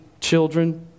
children